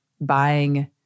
buying